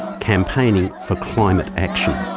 campaigning for climate action.